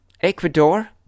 Ecuador